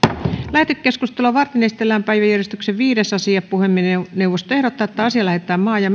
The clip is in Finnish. lähetekeskustelua varten esitellään päiväjärjestyksen viides asia puhemiesneuvosto ehdottaa että asia lähetetään maa ja